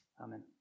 Amen